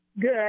Good